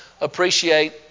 appreciate